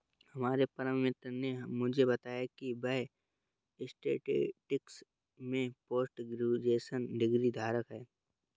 हमारे परम मित्र ने मुझे बताया की वह स्टेटिस्टिक्स में पोस्ट ग्रेजुएशन डिग्री धारक है